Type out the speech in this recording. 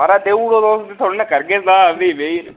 महाराज देई ओड़ो तुस फ्ही थोआड़े नै करगे सलाह् फ्ही बेहियै